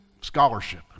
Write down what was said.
scholarship